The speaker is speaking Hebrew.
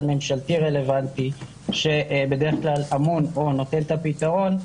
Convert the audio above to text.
ממשלתי רלוונטי שבדרך כלל אמון או נותן את הפתרון,